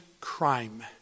crime